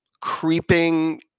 creeping